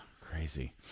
crazy